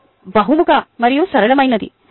ఇది బహుముఖ మరియు సరళమైనది